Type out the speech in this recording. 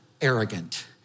arrogant